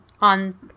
on